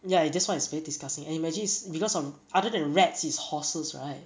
ya this [one] is very disgusting and imagine because of other than rats it's horses right